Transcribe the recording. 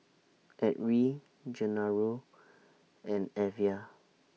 Edrie Genaro and Evia